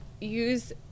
use